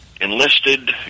enlisted